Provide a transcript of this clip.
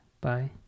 Bye